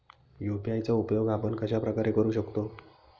UPI चा उपयोग आपण कशाप्रकारे करु शकतो?